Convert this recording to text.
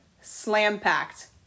slam-packed